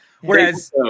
Whereas